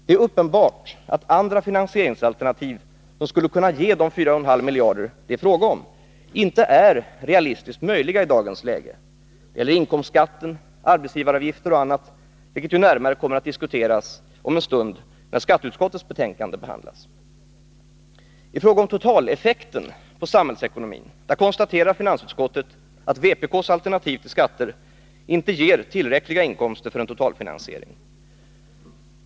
Det är uppenbart att andra finansieringsalternativ, som skulle kunna ge de 4,5 miljarder kronor det är fråga om, inte är realistiskt möjliga i dagens läge. Det gäller inkomstskatten, arbetsgivaravgifter och annat, vilket ju närmare kommer att diskuteras om en stund när skatteutskottets betänkande behandlas. I fråga om totaleffekten på samhällsekonomin konstaterar finansutskottet att vpk:s alternativ till skatter inte ger tillräckliga inkomster för en totalfinansiering.